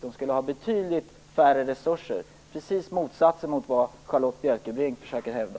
Jo, de skulle ha betydligt mindre resurser, motsatsen till vad Charlotta L Bjälkebring försöker hävda.